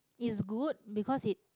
is good because it